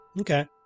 Okay